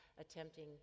attempting